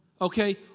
okay